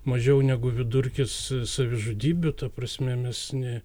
mažiau negu vidurkis savižudybių ta prasme mes ne